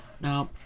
Now